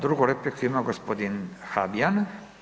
Drugu repliku ima g. Habijan.